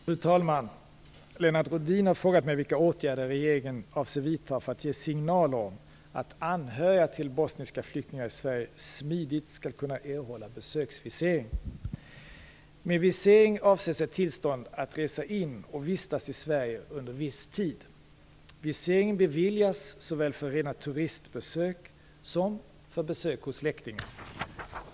Fru talman! Lennart Rhodin har frågat mig vilka åtgärder regeringen avser vidta för att ge signaler om att anhöriga till bosniska flyktingar i Sverige smidigt skall kunna erhålla besöksvisering. Med visering avses ett tillstånd att resa in i och vistas i Sverige under viss tid. Visering beviljas såväl för rena turistbesök som för besök hos släktingar.